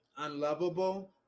unlovable